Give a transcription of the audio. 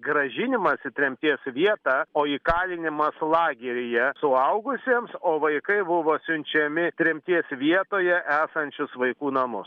grąžinimas į tremties vietą o įkalinimas lageryje suaugusiems o vaikai buvo siunčiami tremties vietoje esančius vaikų namus